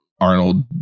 Arnold